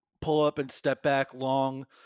pull-up-and-step-back-long